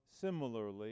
similarly